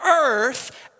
earth